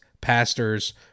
pastors